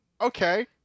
okay